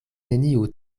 neniu